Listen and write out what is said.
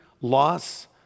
loss